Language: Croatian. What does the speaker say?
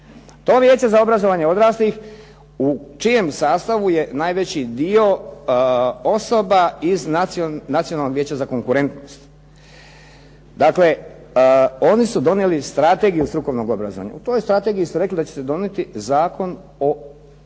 To Vijeće za obrazovanje odraslih u čijem sastavu je najveći dio osoba iz Nacionalnog vijeća za konkurentnost. Dakle, oni su donijeli Strategiju strukovnog obrazovanja. U toj strategiji su rekli da će se donijeti zakon. Oprostite,